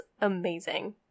amazing